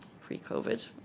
pre-COVID